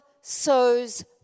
sows